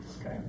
Okay